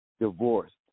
divorced